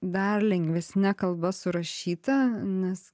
dar lengvesne kalba surašyta nes